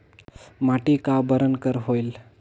माटी का बरन कर होयल?